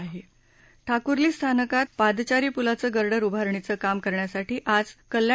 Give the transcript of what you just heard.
ढझढझढझ ठाकुर्ली स्थानकात पादचारी पुलाच्या गर्डर उभारणीचं काम करण्यासाठी आज कल्याण